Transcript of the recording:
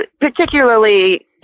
particularly